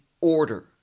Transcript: order